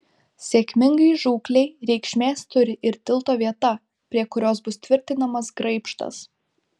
sėkmingai žūklei reikšmės turi ir tilto vieta prie kurios bus tvirtinamas graibštas